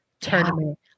tournament